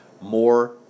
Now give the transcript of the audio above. more